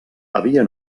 havia